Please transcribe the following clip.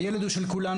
הילד הוא של כולנו,